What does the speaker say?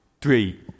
Three